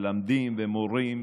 מלמדים ומורים.